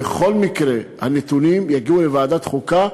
בכל מקרה הנתונים יגיעו לוועדת חוקה,